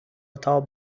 تاب